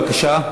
בבקשה.